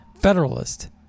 federalist